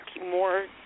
more